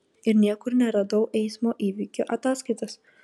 ir niekur neradau eismo įvykio ataskaitos